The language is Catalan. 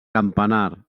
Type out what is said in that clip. campanar